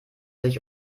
sich